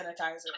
sanitizer